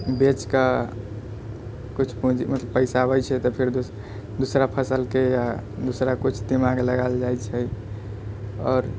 बेचके किछु पुंज मत पैसा अबै छै तऽ फेर दोसर दूसरा फसलके या दूसरा किछु दिमाग लगाएल जाइ छै आओर